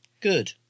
Good